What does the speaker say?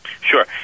Sure